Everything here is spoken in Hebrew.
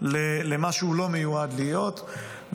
למה שהוא לא מיועד להיות.